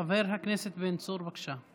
חבר הכנסת בן צור, בבקשה.